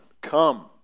come